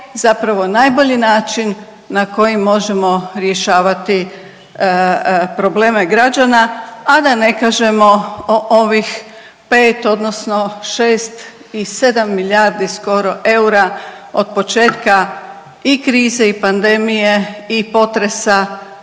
zapravo najbolji način na koji možemo rješavati probleme građana, a da ne kažemo od ovih pet odnosno šest i sedam milijardi skoro eura od početka i krize i pandemije i potresa